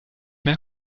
mehr